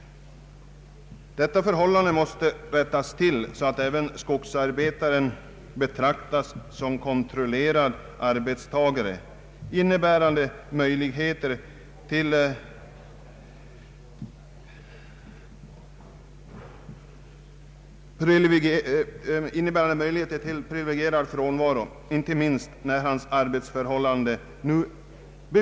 Detta förhållande måste rättas till så att även skogsarbetaren betraktas som kontrollerad arbetstagare med möjligheter till privilegierad frånvaro.